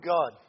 God